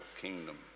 kingdom